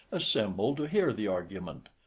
assemble to hear the argument.